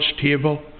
table